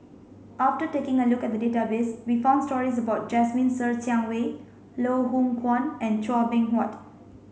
after taking a look at the database we found stories about Jasmine Ser Xiang Wei Loh Hoong Kwan and Chua Beng Huat